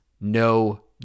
no